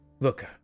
Look